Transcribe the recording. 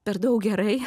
per daug gerai